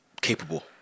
capable